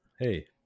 hey